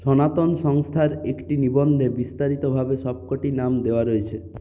সনাতন সংস্থার একটি নিবন্ধে বিস্তারিতভাবে সবকটি নাম দেওয়া রয়েছে